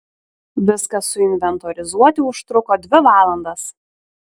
viską suinventorizuoti užtruko dvi valandas